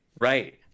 Right